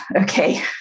okay